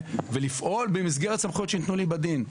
ולפעול במסגרת סמכויות שניתנו לי בדין.